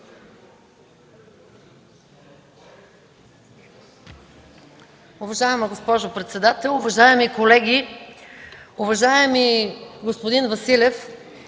уважаема госпожо председател. Уважаеми колеги! Уважаеми господин Корнезов,